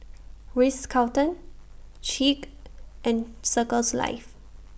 Ritz Carlton Schick and Circles Life